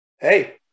hey